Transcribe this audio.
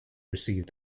received